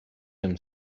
him